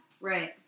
Right